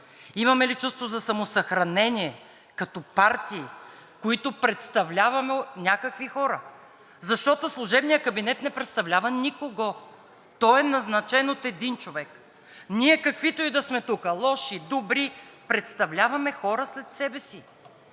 Имаме ли чувство за самосъхранение като партии, които представляваме някакви хора, защото служебният кабинет не представлява никого, той е назначен от един човек. Ние каквито и да сме тук – лоши, добри, представляваме хора след себе си